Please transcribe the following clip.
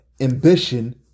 ambition